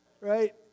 right